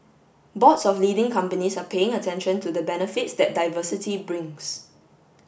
boards of leading companies are paying attention to the benefits that diversity brings